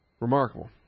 Remarkable